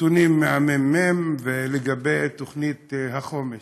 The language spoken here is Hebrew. נתונים מהממ"מ לגבי תוכנית החומש.